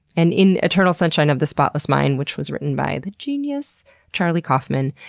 and in eternal sunshine of the spotless mind, which was written by the genius charlie kaufman,